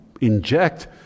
inject